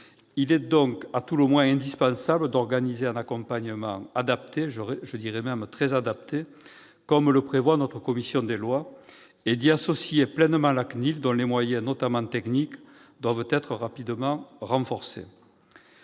Il est donc à tout le moins indispensable d'organiser un accompagnement adapté, voire très adapté, comme le prévoit la commission des lois, et d'y associer pleinement la CNIL, dont les moyens, notamment techniques, doivent être rapidement renforcés.